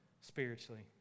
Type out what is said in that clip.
spiritually